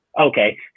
okay